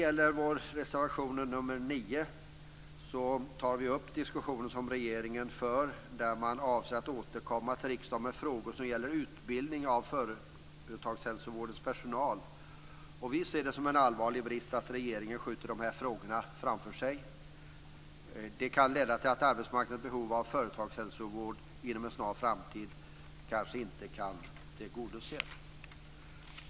I reservation nr 9 tar vi upp den diskussion som regeringen för om att man avser att återkomma till riksdagen med frågor som gäller utbildning av företaghälsovårdens personal. Vi ser det som en allvarlig brist att regeringen skjuter dessa frågor framför sig. Det kan leda till att arbetsmarknadens behov av företagshälsovård inom en snar framtid kanske inte kan tillgodoses.